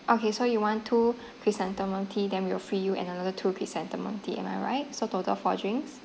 okay so you want two chrysanthemum tea then we'll free you another two chrysanthemum tea am I right so total four drinks